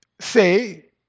say